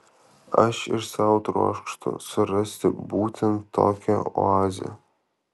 aš ir sau trokštu surasti būtent tokią oazę